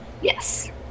Yes